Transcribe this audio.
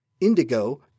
Indigo